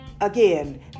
Again